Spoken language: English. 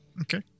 Okay